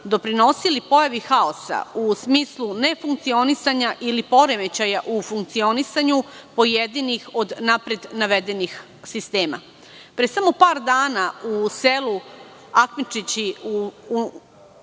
doprinosili pojavi haosa u smislu nefunkcionisanja ili poremećaja u funkcionisanju pojedinih od napred navedenih sistema. Pre samo par dana u selu Apičići